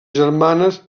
germanes